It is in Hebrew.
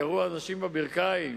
ירו לאנשים בברכיים,